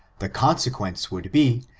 the consequence would be,